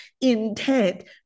intent